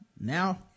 now